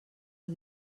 els